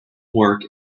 work